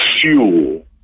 fuel